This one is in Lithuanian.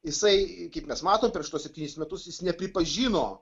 jisai kaip mes matom per šituos septynis metus jis nepripažino